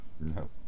No